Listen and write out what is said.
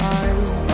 eyes